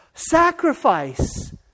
Sacrifice